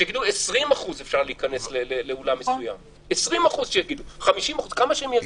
שיגידו -20% או 50% יכולים להיכנס לאולם מסוים - כמה שהם יגידו.